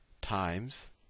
times